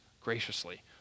graciously